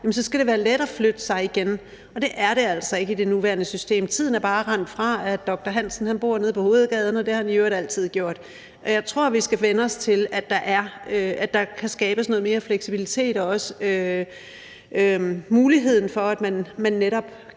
så skal det være let at flytte sig igen, og det er det altså ikke i det nuværende system. Tiden er bare rendt fra, at doktor Hansen bor nede på hovedgaden, og at det har han i øvrigt altid gjort. Jeg tror, vi skal vænne os til, at der kan skabes noget mere fleksibilitet og også muligheden for, at man netop kan